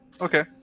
Okay